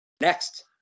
Next